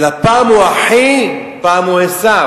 אלא, פעם הוא אחי, פעם הוא עשו,